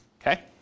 Okay